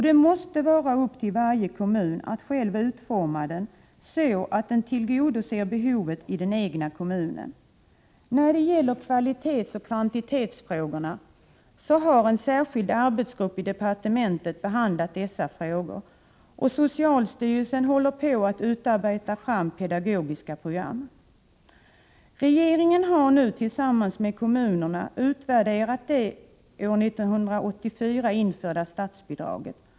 Det måste vara varje kommuns ensak att själv utforma barnomsorgen så att den tillgodoser behovet i den egna kommunen. Kvalitetsoch kvantitetsfrågorna har en särskild arbetsgrupp i departementet behandlat, och socialstyrelsen håller på att ta fram pedagogiska program. Regeringen har nu, tillsammans med kommunerna, utvärderat det år 1984 införda statsbidraget.